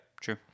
True